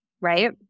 right